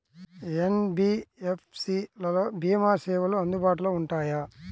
NBFC లలో భీమా సేవలు అందుబాటులో ఉంటాయా?